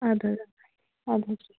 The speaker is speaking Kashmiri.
آدٕ حظ آدٕ حظ